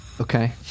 Okay